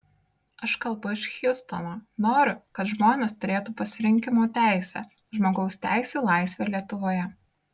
aš kalbu iš hjustono noriu kad žmonės turėtų pasirinkimo teisę žmogaus teisių laisvę lietuvoje